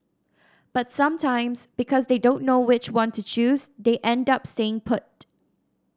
but sometimes because they don't know which one to choose they end up staying put